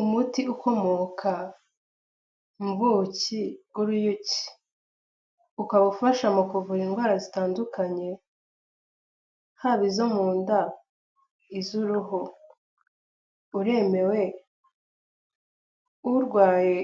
Umuti ukomoka mu buki bw'uruyuki, ukaba ufasha mu kuvura indwara zitandukanye haba izo mu nda, iz'uruhu, uremewe urwaye